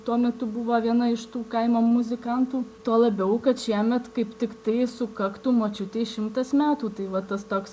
tuo metu buvo viena iš tų kaimo muzikantų tuo labiau kad šiemet kaip tiktai sukaktų močiutei šimtas metų tai va tas toks